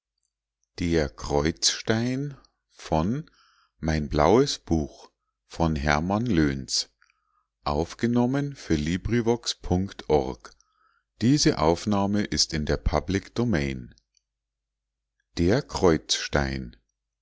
in der das